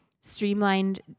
streamlined